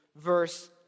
verse